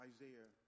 Isaiah